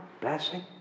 blessing